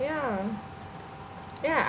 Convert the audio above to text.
yeah yeah